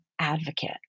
advocate